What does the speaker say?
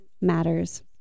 matters